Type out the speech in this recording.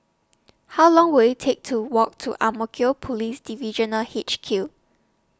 How Long Will IT Take to Walk to Ang Mo Kio Police Divisional H Q